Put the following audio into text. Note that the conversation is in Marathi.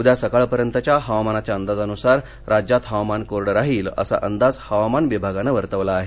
उद्या सकाळपर्यंतच्या हवामानाच्या अंदाजानुसार राज्यात हवामान कोरड राहील असा अंदाज हवामान विभागान वर्तवला आहे